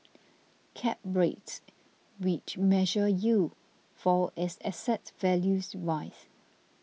cap rates which measure yield fall as asset values rise